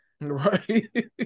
right